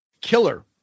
Killer